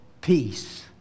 peace